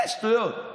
זה שטויות.